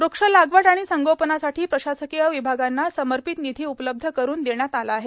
व्रक्ष लागवड आणि संगोपनासाठी प्रशासकीय विभागांना समर्पित निधी उपलब्ध करून देण्यात आला आहे